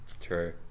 True